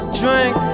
drink